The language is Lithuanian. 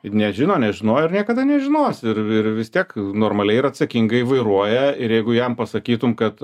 ir nežino nežinojo ir niekada nežinos ir ir vis tiek normaliai ir atsakingai vairuoja ir jeigu jam pasakytum kad